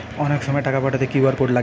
অনেক সময় টাকা পাঠাতে কিউ.আর কোড লাগে